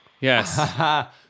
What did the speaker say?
Yes